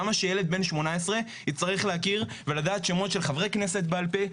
למה שילד בן 18 יצטרך להכיר ולדעת שמות של חברי כנסת בעל פה,